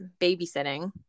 babysitting